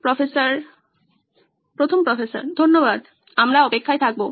professor 1 ধন্যবাদ আমরা অপেক্ষায় থাকবো